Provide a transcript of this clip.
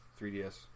3DS